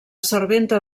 serventa